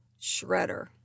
shredder